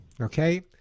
okay